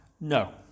No